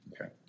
Okay